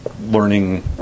learning